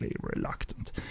reluctant